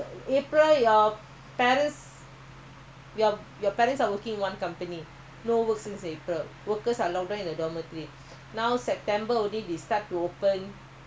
of lockdown workers cannot anyhow go out you have to apply to M_O_M to E_D_V all these apply then your workers can go out to work go out to work every one week must give them